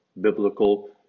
biblical